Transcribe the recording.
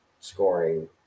scoring